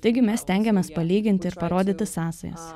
taigi mes stengiamės palyginti ir parodyti sąsajas